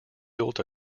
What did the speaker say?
built